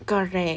correct